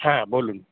হ্যাঁ বলুন